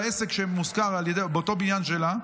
לעסק שמושכר בבניין שלה,